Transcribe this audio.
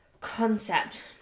concept